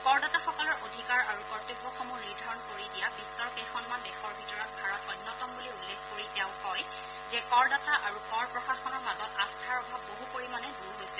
কৰদাতাসকলৰ অধিকাৰ আৰু কৰ্তব্যসমূহ নিৰ্ধাৰণ কৰি দিয়া বিশ্বৰ কেইখনমান দেশৰ ভিতৰত ভাৰত অন্যতম বুলি উল্লেখ কৰি তেওঁ কয় যে কৰদাতা আৰু কৰ প্ৰশাসনৰ মাজত আস্থাৰ অভাৱ বহু পৰিমাণে দূৰ হৈছে